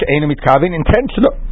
Intentional